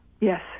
Yes